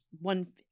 one